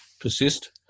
persist